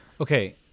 Okay